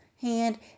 hand